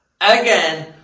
again